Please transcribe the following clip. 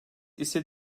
ise